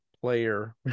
player